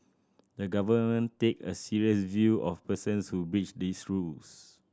the Government take a serious view of persons who breach these rules